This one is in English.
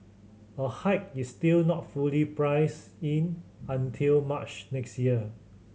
a hike is still not fully priced in until March next year